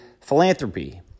philanthropy